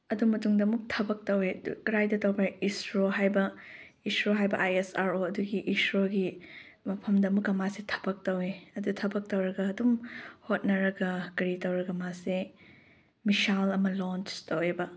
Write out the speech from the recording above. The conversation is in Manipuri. ꯑꯗꯨ ꯃꯇꯨꯡꯗ ꯑꯃꯨꯛ ꯊꯕꯛ ꯇꯧꯏ ꯑꯗꯨ ꯀꯔꯥꯏꯗ ꯇꯧꯕ꯭ꯔ ꯍꯥꯏꯔꯒ ꯏꯁ꯭ꯔꯣ ꯍꯥꯏꯕ ꯏꯁ꯭ꯔꯣ ꯍꯥꯏꯕ ꯑꯥꯏ ꯑꯦꯁ ꯑꯥꯔ ꯑꯣ ꯑꯗꯨꯒꯤ ꯏꯁ꯭ꯔꯣꯒꯤ ꯃꯐꯝꯗ ꯑꯃꯨꯛꯀ ꯃꯥꯁꯦ ꯊꯕꯛ ꯇꯧꯏ ꯑꯗꯣ ꯊꯕꯛ ꯇꯧꯔꯒ ꯑꯗꯨꯝ ꯍꯣꯠꯅꯔꯒ ꯀꯔꯤ ꯇꯧꯔꯒ ꯃꯥꯁꯦ ꯃꯤꯁꯥꯏꯜ ꯑꯃ ꯂꯣꯟꯁ ꯇꯧꯏꯕ